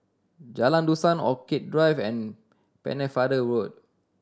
Jalan Dusan Orchid Drive and Pennefather Road